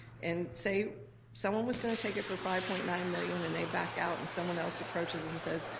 and say someone was gonna take it for five point nine million and they back out, and someone else approaches and says,